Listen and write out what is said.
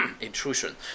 intrusion